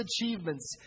achievements